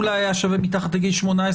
אולי היה שווה מתחת לגיל 18,